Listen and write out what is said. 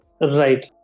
Right